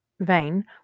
vein